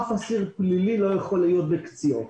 אף אסיר פלילי לא יכול להיות ב"קציעות".